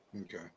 Okay